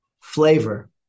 flavor